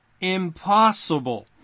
impossible